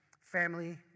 family